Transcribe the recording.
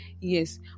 Yes